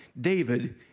David